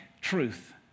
truth